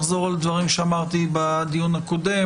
אחזור על הדברים שאמרתי בדיון הקודם.